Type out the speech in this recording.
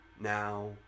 Now